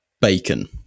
bacon